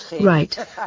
Right